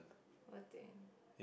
what thing